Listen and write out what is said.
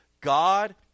God